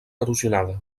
erosionada